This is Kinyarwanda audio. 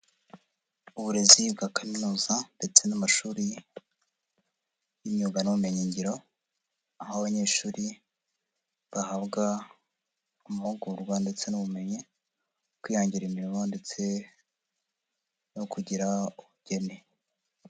Uburezi bwa kaminuza ndetse n'amashuri y'imyuga n'ubumenyingiro aho abanyeshuri bahabwa amahugurwa ndetse n'ubumenyi mu kwihangira imirimo ndetse no kugira ubugeni.